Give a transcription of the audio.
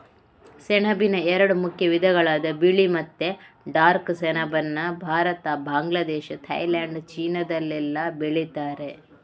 ಸೆಣಬಿನ ಎರಡು ಮುಖ್ಯ ವಿಧಗಳಾದ ಬಿಳಿ ಮತ್ತೆ ಡಾರ್ಕ್ ಸೆಣಬನ್ನ ಭಾರತ, ಬಾಂಗ್ಲಾದೇಶ, ಥೈಲ್ಯಾಂಡ್, ಚೀನಾದಲ್ಲೆಲ್ಲ ಬೆಳೀತಾರೆ